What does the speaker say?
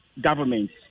government